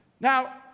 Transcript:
Now